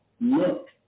look